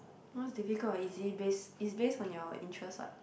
once difficult or easy based is based on your interest what